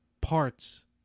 parts